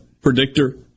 predictor